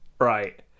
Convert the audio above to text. Right